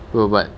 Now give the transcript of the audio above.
bro but